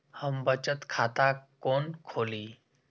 हम बचत खाता कोन खोली?